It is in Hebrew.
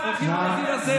הולכים על הדיל הזה?